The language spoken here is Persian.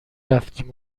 رفتیم